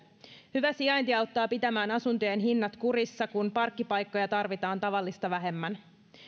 hyvä sijainti auttaa pitämään asuntojen hinnat kurissa kun parkkipaikkoja tarvitaan tavallista vähemmän